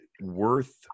worth